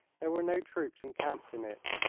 there were no troops encamped in it,